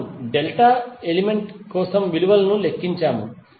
మనము delta element కోసం విలువను లెక్కించాము